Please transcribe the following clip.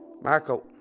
Marco